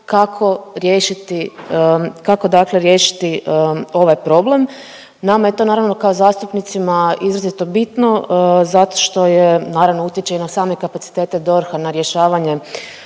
kako dakle riješiti ovaj problem. Nama je to naravno kao zastupnicima izrazito bitno zato što je, naravno utječe i na same kapacitete DORH-a na rješavanje